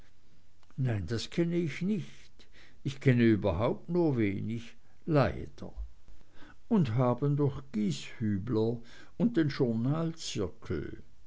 nein das kenne ich nicht ich kenne überhaupt nur wenig leider und haben doch gieshübler und den